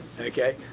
Okay